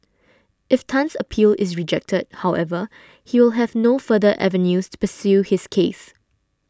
if Tan's appeal is rejected however he will have no further avenues to pursue his case